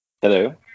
Hello